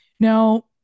Now